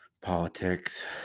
Politics